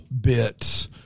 bit